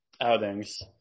outings